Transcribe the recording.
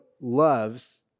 loves